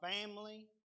family